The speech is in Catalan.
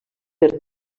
per